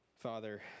Father